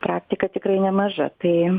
praktika tikrai nemaža tai